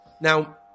Now